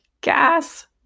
gas